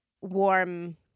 warm